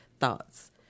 thoughts